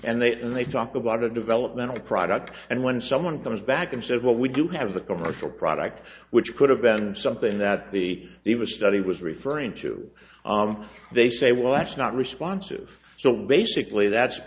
and then they talk about a developmental product and when someone comes back and said well we do have the commercial product which could have been something that the eva study was referring to they say well that's not responsive so basically that's